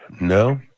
No